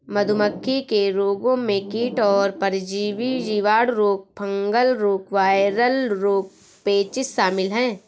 मधुमक्खी के रोगों में कीट और परजीवी, जीवाणु रोग, फंगल रोग, वायरल रोग, पेचिश शामिल है